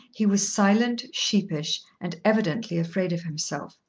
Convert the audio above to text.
he was silent, sheepish, and evidently afraid of himself.